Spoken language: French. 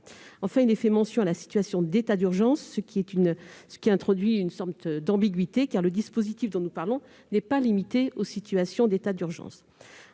Enfin, il est fait mention de la situation d'état d'urgence, ce qui introduit une forme d'ambiguïté, car le dispositif dont nous parlons n'est pas limité aux situations d'état d'urgence.